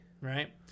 right